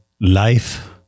life